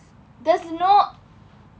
there's no